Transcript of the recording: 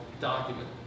document